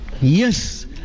yes